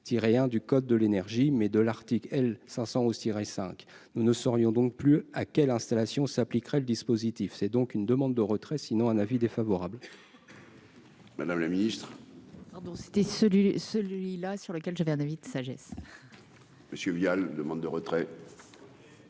tirer 1 du code de l'énergie, mais de l'article L. 500 tirer 5 nous ne saurions donc plus à quelle installation s'appliquerait le dispositif, c'est donc une demande de retrait sinon un avis défavorable. Madame le Ministre pardon c'était celui celui-là sur lequel j'avais un avis de sagesse. Monsieur Vial, demande de retrait.